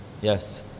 yes